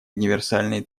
универсальные